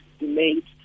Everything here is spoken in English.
made